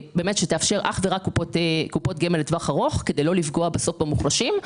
תאפשר אך ורק קופות גמל לטווח ארוך כדי לא לפגוע בסוף במוחלשים.